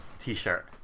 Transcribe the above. t-shirt